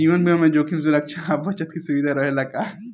जीवन बीमा में जोखिम सुरक्षा आ बचत के सुविधा रहेला का?